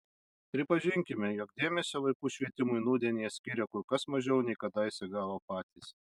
pripažinkime jog dėmesio vaikų švietimui nūdien jie skiria kur kas mažiau nei kadaise gavo patys